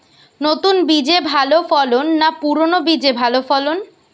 নতুন বীজে ভালো ফলন না পুরানো বীজে ভালো ফলন?